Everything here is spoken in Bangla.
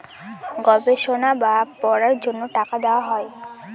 গবেষণা বা পড়ার জন্য টাকা দেওয়া হয়